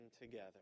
together